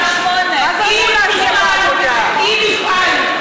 אם מפעל,